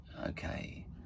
okay